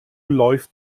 läuft